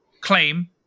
claim